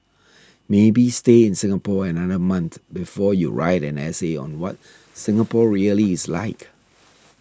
maybe stay in Singapore another month before you write an essay on what Singapore really is like